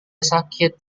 sakit